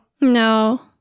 No